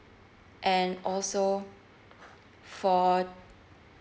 and also for